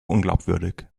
unglaubwürdig